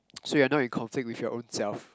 so you're not in conflict with your own self